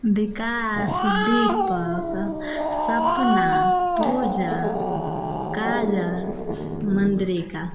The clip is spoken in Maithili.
विकास दीपक सपना पूजा काजल मंद्रिका